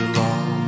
long